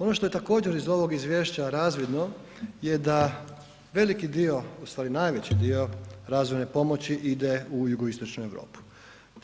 Ono što je također iz ovog izvješća razvidno je da veliki dio, ustvari najveći dio razvojne pomoći ide u jugoistočnu Europu,